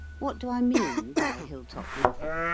what do i mean by a hill-top novel?